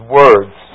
words